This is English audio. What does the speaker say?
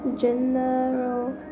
general